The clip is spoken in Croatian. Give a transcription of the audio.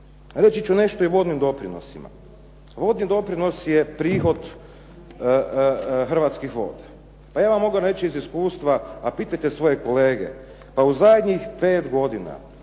Reći ću nešto o vodnim doprinosima. Vodni doprinos je prihod hrvatskih voda. Ja vam mogu reći iz iskustva, a pitajte svoje kolege. U zadnjih pet godina